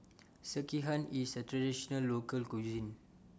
Sekihan IS A Traditional Local Cuisine